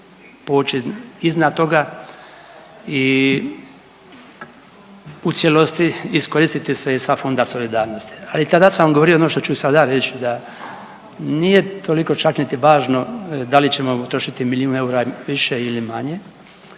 poći iznad toga i u cijelosti iskoristiti sredstva Fonda solidarnosti. Ali tada sam govorio ono što ću i sada reć da nije toliko čak niti važno da li ćemo utrošiti milijun eura više ili manje